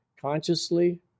consciously